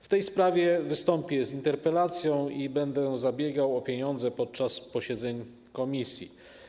W tej sprawie wystąpię z interpelacją i będę zabiegał o pieniądze podczas posiedzeń komisji.